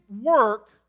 work